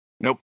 nope